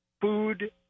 food